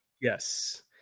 Yes